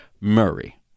Murray